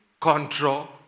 control